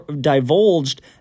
divulged